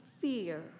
fear